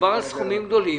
מדובר על סכומים גדולים,